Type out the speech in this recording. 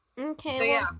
Okay